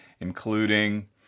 including